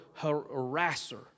harasser